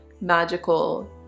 magical